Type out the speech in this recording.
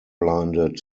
blinded